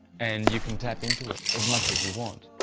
and you can tap into it as much as you want.